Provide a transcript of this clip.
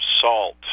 salt